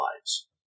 lives